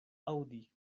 aŭdi